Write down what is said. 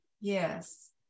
Yes